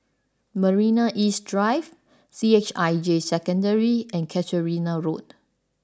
Marina East Drive C H I J Secondary and Casuarina Road